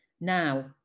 Now